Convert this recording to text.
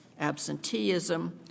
absenteeism